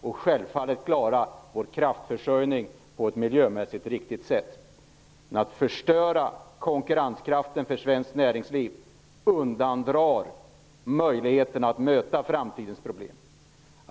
Självfallet måste vi klara vår kraftförsörjning på ett miljömässigt riktigt sätt. Att förstöra konkurrenskraften för svenskt näringsliv undandrar möjligheten att möta framtidens problem.